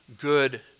good